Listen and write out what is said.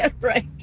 Right